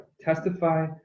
testify